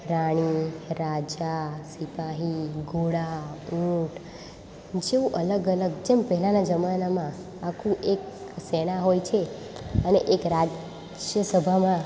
રાણી રાજા સિપાહી ઘોડા ઊંટ જેવું અલગ અલગ જેમ પહેલાંના જમાનામાં આખું એક સેના હોય છે અને એક રાજ્ય સભામાં